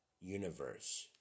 universe